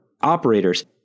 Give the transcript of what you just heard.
operators